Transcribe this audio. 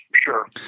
sure